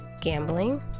gambling